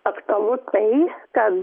aktualu tai kad